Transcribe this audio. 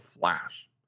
flash